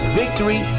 victory